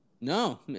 No